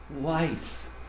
life